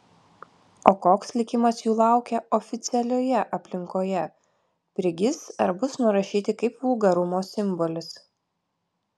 o koks likimas jų laukia oficialioje aplinkoje prigis ar bus nurašyti kaip vulgarumo simbolis